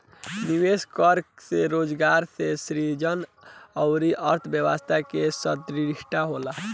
निवेश करे से रोजगार के सृजन अउरी अर्थव्यस्था के सुदृढ़ीकरन होला